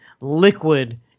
liquid